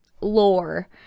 lore